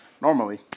Normally